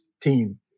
team